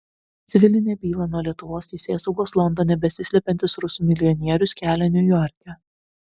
civilinę bylą nuo lietuvos teisėsaugos londone besislepiantis rusų milijonierius kelia niujorke